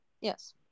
Yes